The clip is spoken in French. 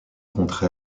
contre